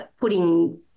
putting